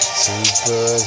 super